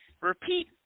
Repeat